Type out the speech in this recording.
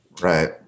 Right